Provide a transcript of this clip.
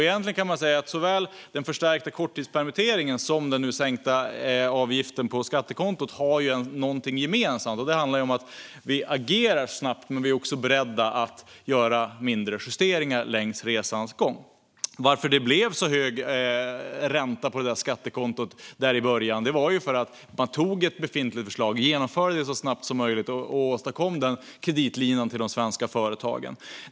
Egentligen kan man säga att såväl den förstärkta korttidspermitteringen som den nu sänkta avgiften på skattekontot har något gemensamt: Vi agerar snabbt, men vi är också beredda att göra mindre justeringar under resans gång. Att det blev så hög ränta på skattekontot i början var för att man tog ett befintligt förslag, genomförde det så snabbt som möjligt och åstadkom denna kreditlina till de svenska företagen.